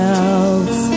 else